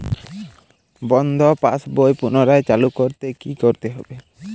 বন্ধ passbook পুনরায় চালু করতে কি করতে হবে?